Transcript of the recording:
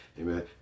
Amen